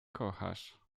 kochasz